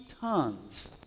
tons